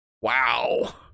wow